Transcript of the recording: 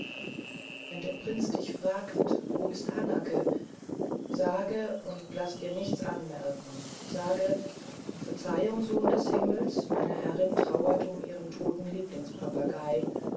wenn der prinz dich fragt wo ist hanake sage und laß dir nichts merken sage verzeihung sohn des himmels meine herrin trauert um ihren toten